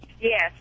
Yes